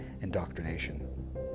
indoctrination